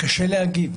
קשה להגיד.